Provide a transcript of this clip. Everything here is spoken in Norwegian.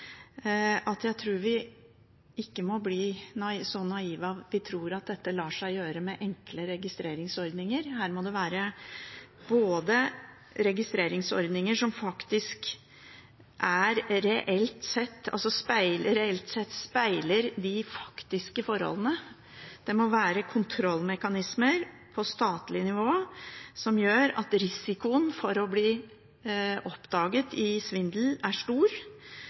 at jeg tror vi ikke må bli så naive at vi tror at dette lar seg løse med enkle registreringsordninger. Her må det være både registreringsordninger som faktisk reelt sett speiler de faktiske forholdene, og det må være kontrollmekanismer på statlig nivå som gjør at risikoen for å bli oppdaget i svindel er stor,